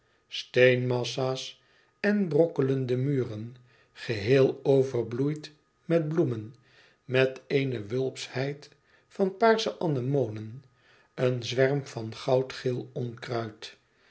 was steenmassa's en brokkelende muren geheel overbloeid met bloemen met eene wulpschheid van paarsche anemonen een zwerm van goudgeel onkruid